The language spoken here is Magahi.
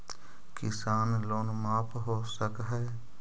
किसान लोन माफ हो सक है?